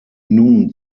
nun